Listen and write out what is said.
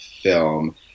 film